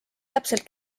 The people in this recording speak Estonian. täpselt